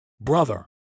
Brother